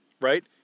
right